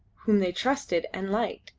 whom they trusted and liked,